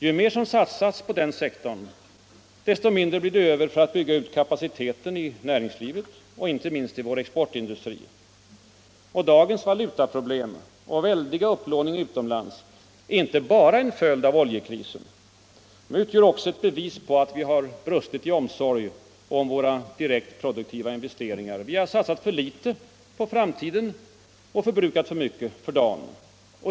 Ju mera som satsas på den sektorn, desto mindre blir det över för att bygga ut kapaciteten i näringslivet och inte minst i vår exportindustri. Dagens valutaproblem och väldiga upplåning utomlands är inte bara en följd av oljekrisen. Dessa företeelser utgör också ett bevis på att vi brustit i omsorg om våra direkt produktiva investeringar. Vi har satsat för litet på framtiden och förbrukat för mycket för dagen.